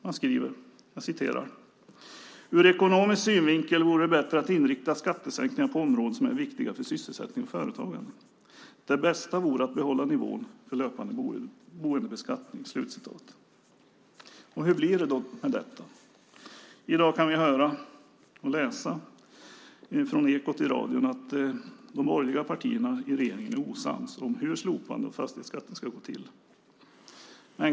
Man skriver att ur ekonomisk synvinkel vore det bättre att inrikta skattesänkningarna på områden som är viktiga för sysselsättning och företagande och att det bästa vore att behålla nivån för löpande boendebeskattning. Hur blir det med detta? I dag kan vi både läsa och höra från Ekot i radion att de borgerliga partierna i regeringen är osams om hur slopandet av fastighetsskatten ska gå till.